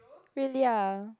really ah